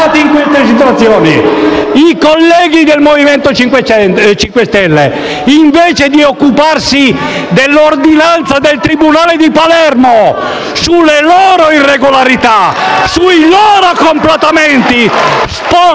i colleghi del Movimento 5 Stelle, invece di occuparsi dell'ordinanza del tribunale di Palermo sulle loro irregolarità e sui loro comportamenti, spostano